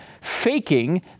faking